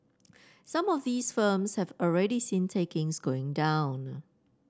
some of these firms have already seen takings going down